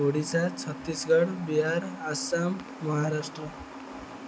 Odisha Chhattisgarh Bihar Assam Maharashtra